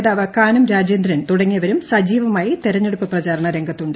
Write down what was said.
നേതാവ് കാനം രാജേന്ദ്രൻ തുടങ്ങിയവരും സജീവമായി തിരഞ്ഞെടുപ്പ് പ്രചാരണ രംഗത്തുണ്ട്